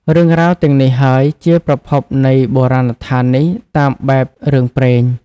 រឿងរ៉ាវទាំងនេះហើយ ជាប្រភពនៃបុរាណដ្ឋាននេះតាមបែបរឿងព្រេង ។